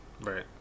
Right